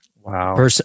Wow